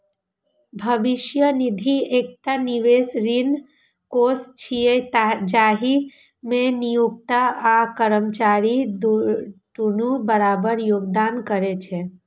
भविष्य निधि एकटा निवेश कोष छियै, जाहि मे नियोक्ता आ कर्मचारी दुनू बराबर योगदान करै छै